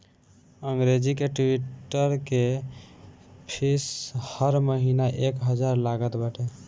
अंग्रेजी के ट्विटर के फ़ीस हर महिना एक हजार लागत बाटे